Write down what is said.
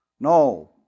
No